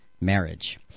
marriage